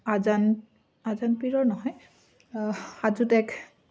আজান পীৰৰ নহয় হাজোত এক